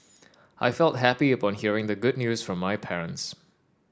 I felt happy upon hearing the good news from my parents